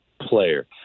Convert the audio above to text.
player